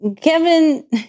Kevin